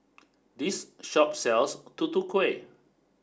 this shop sells Tutu Kueh